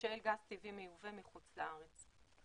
של גז טבעי מיובא מחוץ לארץ.